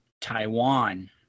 Taiwan